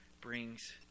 brings